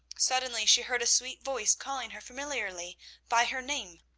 suddenly she heard a sweet voice calling her familiarly by her name,